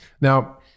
Now